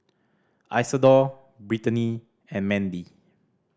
Isadore Brittnee and Mandie